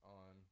on